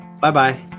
Bye-bye